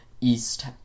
East